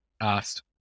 asked